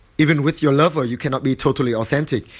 even with your lover you cannot be totally authentic.